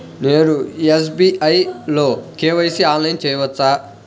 నేను ఎస్.బీ.ఐ లో కే.వై.సి ఆన్లైన్లో చేయవచ్చా?